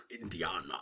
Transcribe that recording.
Indiana